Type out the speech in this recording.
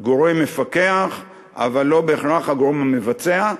גורם מפקח אבל לא בהכרח הגורם המבצע,